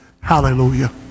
Hallelujah